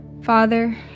Father